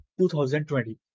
2020